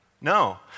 No